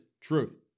truth